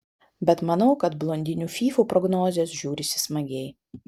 bet manau kad blondinių fyfų prognozės žiūrisi smagiai